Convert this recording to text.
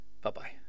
Bye-bye